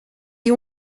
you